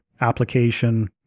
application